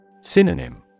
Synonym